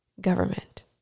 government